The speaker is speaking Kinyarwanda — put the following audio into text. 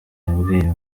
yabwiye